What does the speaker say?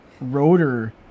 rotor